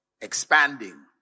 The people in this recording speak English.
expanding